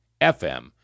FM